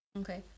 Okay